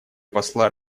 посла